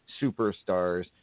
superstars